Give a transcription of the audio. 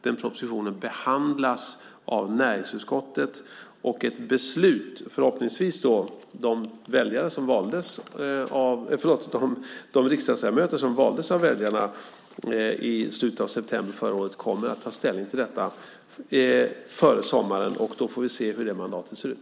Den propositionen behandlas nu av näringsutskottet, och förhoppningsvis kommer de riksdagsledamöter som i slutet av september förra året valdes av väljarna att ta ställning till frågan före sommaren. Då får vi se hur det mandatet ser ut.